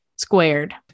Squared